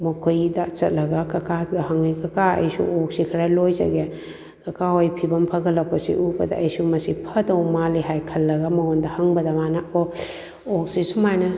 ꯃꯈꯣꯏꯗ ꯆꯠꯂꯒ ꯀꯀꯥ ꯗꯨꯗ ꯍꯪꯉꯦ ꯀꯀꯥ ꯑꯩꯁꯨ ꯑꯣꯛꯁꯤ ꯈꯔ ꯂꯣꯏꯖꯒꯦ ꯀꯀꯥ ꯍꯣꯏ ꯐꯤꯕꯝ ꯐꯒꯠꯂꯛꯄꯁꯤ ꯎꯕꯗ ꯑꯩꯁꯨ ꯃꯁꯤ ꯐꯗꯧ ꯃꯥꯜꯂꯦ ꯍꯥꯏꯅ ꯈꯜꯂꯒ ꯃꯉꯣꯟꯗ ꯍꯪꯕꯗ ꯃꯥꯅ ꯑꯣ ꯑꯣꯛꯁꯤ ꯁꯨꯃꯥꯏꯅ